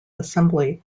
assembly